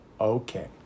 okay